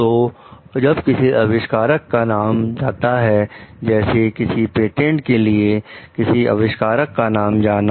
तो जब किसी अविष्कारक का नाम जाता है जैसे किसी पेटेंट के लिए किसी अविष्कारक का नाम जाना